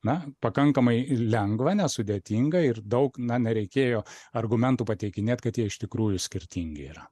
na pakankamai lengva nesudėtinga ir daug na nereikėjo argumentų pateikinėt kad jie iš tikrųjų skirtingi yra